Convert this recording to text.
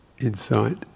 insight